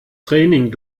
training